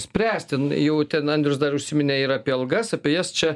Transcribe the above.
spręsti jau ten andrius dar užsiminė ir apie algas apie jas čia